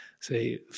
say